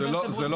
זה לא